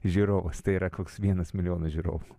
žiūrovas tai yra koks vienas milijonas žiūrovų